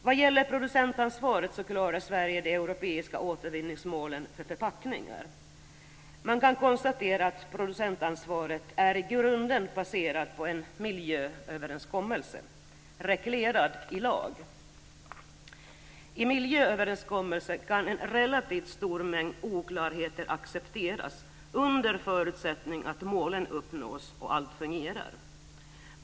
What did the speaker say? Vad gäller producentansvaret klarar Sverige de europeiska återvinningsmålen för förpackningar. Man kan konstatera att producentansvaret i grunden är baserat på en miljööverenskommelse, reglerad i lag. I miljööverenskommelser kan en relativt stor mängd oklarheter accepteras under förutsättning att målen uppnås och att allt fungerar.